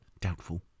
Doubtful